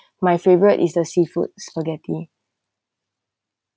my favourite is the seafood spaghetti